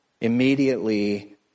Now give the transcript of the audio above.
immediately